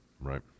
right